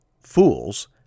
Fools